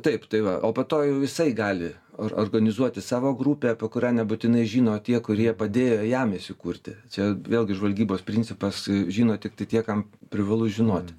taip tai va o po to jau jisai gali or organizuoti savo grupę apie kurią nebūtinai žino tie kurie padėjo jam įsikurti čia vėlgi žvalgybos principas žino tiktai tie kam privalu žinot